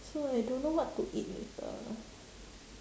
so I don't know what to eat later